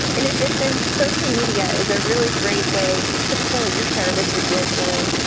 and in addition, social media is a really great way to promote your services locally.